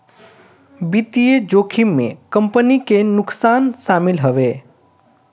वित्तीय जोखिम में कंपनी के नुकसान शामिल हवे